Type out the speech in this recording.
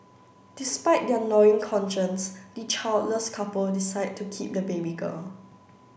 despite their gnawing conscience the childless couple decide to keep the baby girl